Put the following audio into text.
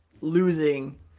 losing